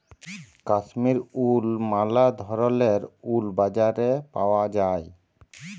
কাশ্মীর উল ম্যালা ধরলের উল বাজারে পাউয়া যায়